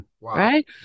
right